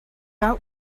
out